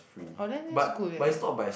orh then that's good leh